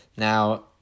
Now